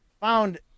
found